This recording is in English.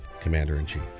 Commander-in-Chief